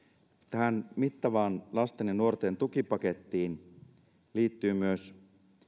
tähän mittavaan lasten ja nuorten tukipakettiin liittyy myös